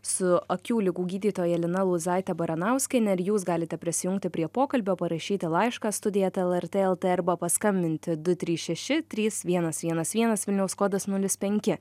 su akių ligų gydytoja lina lūzaita baranauskiene ir jūs galite prisijungti prie pokalbio parašyti laišką studija eta lrt lt arba paskambinti du trys šeši trys vienas vienas vienas vilniaus kodas nulis penki